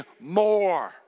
more